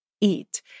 eat